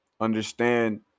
understand